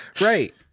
Right